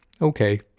okay